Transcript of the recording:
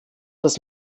das